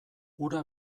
hura